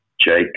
Jake